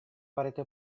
parete